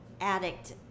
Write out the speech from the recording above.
addict